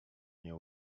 nie